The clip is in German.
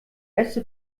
erste